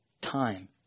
time